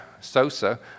Sosa